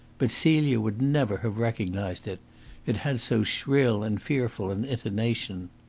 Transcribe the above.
but celia would never have recognised it it had so shrill and fearful an intonation.